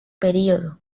período